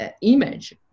image